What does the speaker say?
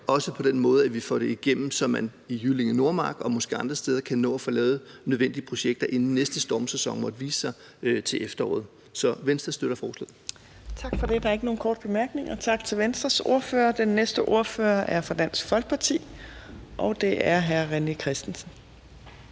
vi på den måde får det igennem, så man i Jyllinge Nordmark og måske andre steder kan nå at få lavet nødvendige projekter, inden næste stormsæson måtte vise sig til efteråret. Så Venstre støtter forslaget. Kl. 13:25 Fjerde næstformand (Trine Torp): Der er ikke nogen korte bemærkninger, så tak til Venstres ordfører. Den næste ordfører er fra Dansk Folkeparti, og det er hr. René Christensen.